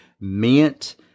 meant